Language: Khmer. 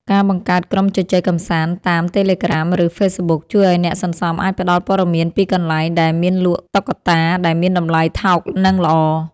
ការបង្កើតក្រុមជជែកកម្សាន្តតាម តេឡេក្រាម ឬហ្វេសប៊ុក ជួយឱ្យអ្នកសន្សំអាចផ្ដល់ព័ត៌មានពីកន្លែងដែលមានលក់តុក្កតាដែលមានតម្លៃថោកនិងល្អ។